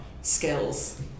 skills